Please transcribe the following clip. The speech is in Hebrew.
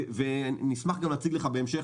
אשמח להציג לך בהמשך